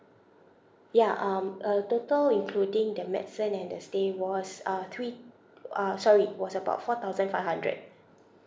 ya um uh total including the medicine and the stay was uh three uh sorry was about four thousand five hundred